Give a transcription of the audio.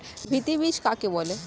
ভিত্তি বীজ কাকে বলে?